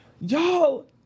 y'all